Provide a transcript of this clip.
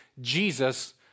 Jesus